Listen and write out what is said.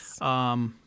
Yes